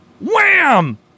Wham